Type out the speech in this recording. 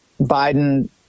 Biden